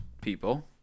people